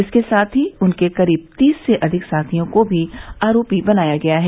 इसके साथ ही उनके करीब तीस से अधिक साथियों को भी आरोपी बनाया गया है